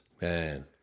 man